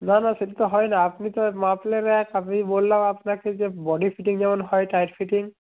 না না সেটা তো হয় না আপনি তো আর মাপলেন এক আপনি বললাম আপনাকে যে বডি ফিটিং যেমন হয় টাইট ফিটিং